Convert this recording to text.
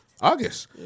August